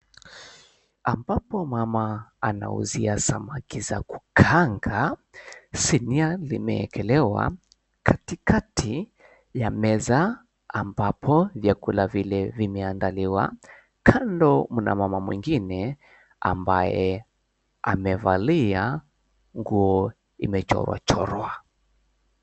Ambapo mama anauzia samaki za kukaanga, sinia imeekelewa katikati ya meza ambapo vyakula vile vimeandaliwa. Kando kuna mama mwengine ambaye amevalia nguo iliyochorwachorwa.